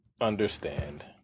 understand